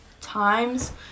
times